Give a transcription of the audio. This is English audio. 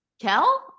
Kel